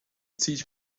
teach